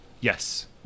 Yes